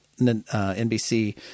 NBC